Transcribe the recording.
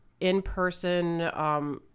in-person